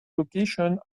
location